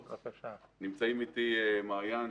נמצאים איתי מעיין,